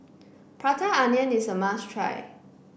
Prata Onion is a must try